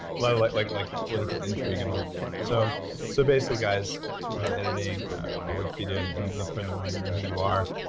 lot of like like like political intrigue and all check your sources so basically guys who are editing ah wikipedia and and the friend of mine, you know who you are,